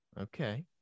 okay